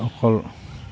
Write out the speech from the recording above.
অকল